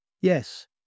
Yes